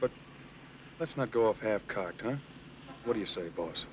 but let's not go off half cocked what do you say boss